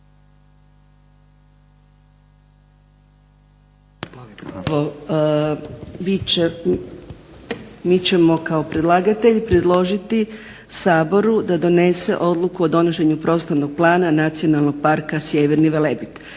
mi ćemo kao predlagatelj predložiti Saboru da donese odluku o donošenju Prostornog plana Nacionalnog parka Sjeverni Velebit.